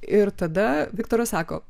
ir tada viktoras sako